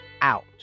Out